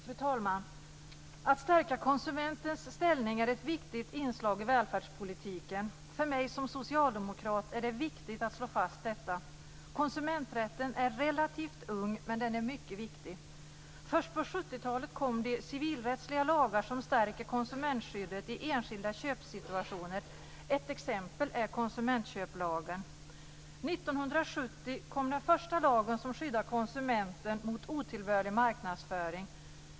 Fru talman! Att stärka konsumentens ställning är ett viktigt inslag i välfärdspolitiken. För mig som socialdemokrat är det viktigt att slå fast detta. Konsumenträtten är relativt ung, men den är mycket viktig. Först på 70-talet kom de civilrättsliga lagar som stärker konsumentskyddet i enskilda köpsituationer. Ett exempel är konsumentköplagen. 1970 kom den första lagen som skyddar konsumenten mot otillbörlig marknadsföring.